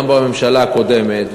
גם בממשלה הקודמת,